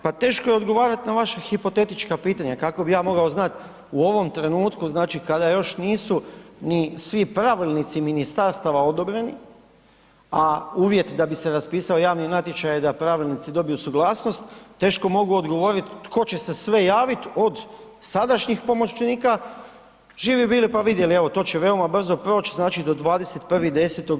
Pa teško je odgovarat na vaša hipotetička pitanja, kako bi ja mogao znat u ovom trenutku, znači kada još nisu ni svi pravilnici ministarstava odobreni a uvjet da bi se raspisao javni natječaj je da pravilnici dobiju suglasnost, teško mogu odgovorit tko će se sve javiti od sadašnjih pomoćnika, živi bili pa vidjeli, evo to će veoma brzo proć, znači do 21. 10.